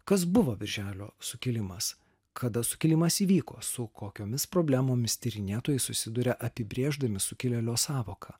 kas buvo birželio sukilimas kada sukilimas įvyko su kokiomis problemomis tyrinėtojai susiduria apibrėždami sukilėlio sąvoką